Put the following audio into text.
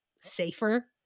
safer